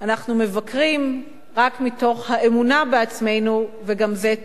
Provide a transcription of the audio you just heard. אנחנו מבקרים רק מתוך האמונה בעצמנו, וגם זה טוב.